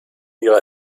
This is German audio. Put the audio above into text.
ihrer